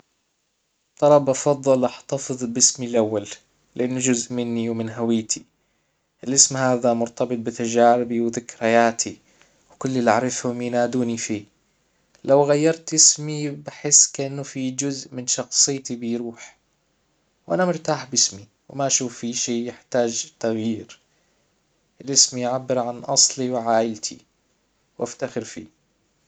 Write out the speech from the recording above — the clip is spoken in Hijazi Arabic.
ترى بفضل احتفظ باسمي الاول لانه جزء مني ومن هويتي الاسم هذا مرتبط بتجاربي وذكرياتى وكل اللي اعرفهم ينادوني فيه لو غيرت اسمي بحس كانه في جزء من شخصيتي بيروح وانا مرتاح باسمى وما اشوف فيه شي يحتاج التغيير الاسم يعبر عن اصلي وعائلتي وافتخر فيه